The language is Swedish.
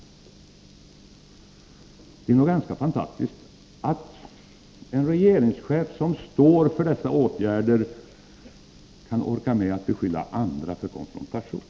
Det är något ganska fantastiskt att en regeringschef som står för dessa åtgärder kan orka med att beskylla andra för konfrontation.